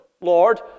Lord